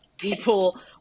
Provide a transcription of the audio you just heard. people